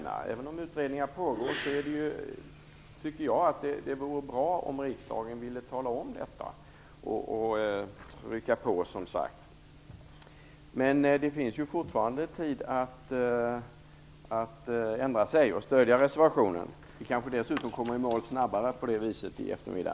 Även om utredningar pågår tycker jag att det vore bra om riksdagen ville trycka på genom att göra ett uttalande. Det finns fortfarande tid att ändra sig och stödja reservationen. Vi kommer då kanske dessutom snabbare i mål i eftermiddag.